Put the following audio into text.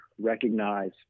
recognize